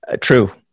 true